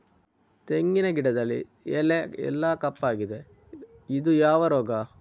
ತೆಂಗಿನ ಗಿಡದಲ್ಲಿ ಎಲೆ ಎಲ್ಲಾ ಕಪ್ಪಾಗಿದೆ ಇದು ಯಾವ ರೋಗ?